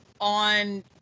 on